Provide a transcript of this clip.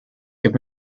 give